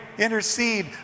intercede